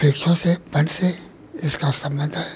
वृक्षों से तट से इसका सम्बन्ध है